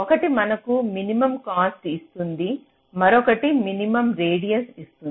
ఒకటి మనకు minimum cost ఇస్తుంది మరియు మరొకటి మినిమమ్ రేడియస్ ఇస్తుంది